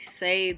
say